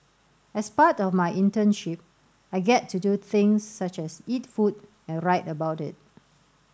as part of my internship I get to do things such as eat food and write about it